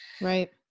Right